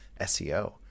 SEO